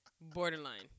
Borderline